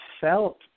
felt